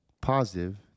positive